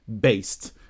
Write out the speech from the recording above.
based